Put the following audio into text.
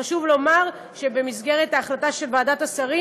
חשוב לומר שבמסגרת ההחלטה של ועדת השרים